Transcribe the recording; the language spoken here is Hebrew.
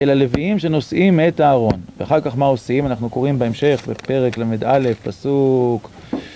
אל הלוויים שנושאים את הארון, ואחר כך מה עושים? אנחנו קוראים בהמשך בפרק ל"א, פסוק